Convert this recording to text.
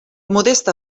modesta